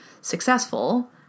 successful